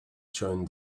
shown